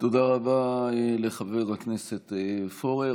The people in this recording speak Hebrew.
תודה רבה לחבר הכנסת פורר.